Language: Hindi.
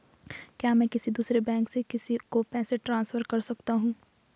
क्या मैं किसी दूसरे बैंक से किसी को पैसे ट्रांसफर कर सकता हूँ?